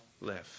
live